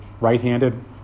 right-handed